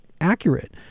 accurate